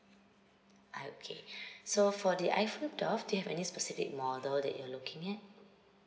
uh okay so for the iphone twelve do you have any specific model that you're looking at